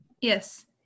Yes